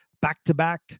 Back-to-back